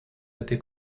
этой